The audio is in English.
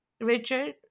Richard